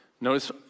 Notice